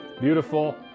beautiful